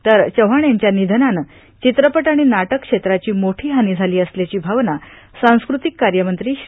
तर चव्हाण यांच्या निधनानं चित्रपट आणि नाटक क्षेत्राची मोठी हानी झाली असल्याची भावना सांस्कृतिक कार्यमंत्री श्री